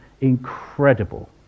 incredible